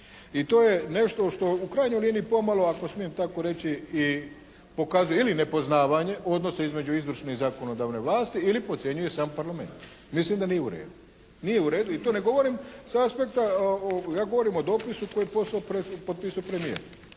I to je nešto što u krajnjoj liniji pomalo ako smijem tako reći i pokazuje ili nepoznavanje odnosa između izvršne i zakonodavne vlasti ili podcjenjuje sam Parlament. Mislim da nije u redu. Nije u redu i to ne govorim sa aspekta, ja govorim o dopisu kojeg je potpisao premijer.